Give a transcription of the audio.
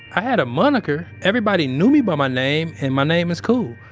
i had a moniker. everybody knew me by my name and my name is cool.